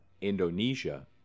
Indonesia